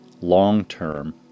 long-term